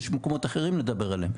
במקומות אחרים נדבר עליהם,